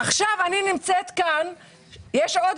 עכשיו אני נמצאת פה ובאותו הזמן יש עוד